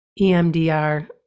EMDR